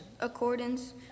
accordance